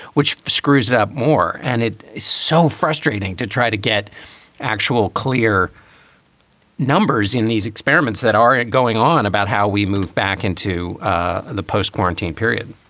which screws up more. and it is so frustrating to try to get actual clear numbers in these experiments that are going on about how we move back into the post quarantine period